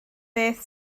beth